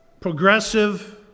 progressive